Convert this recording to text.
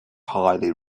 highly